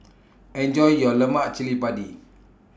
Enjoy your Lemak Cili Padi